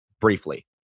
briefly